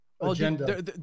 agenda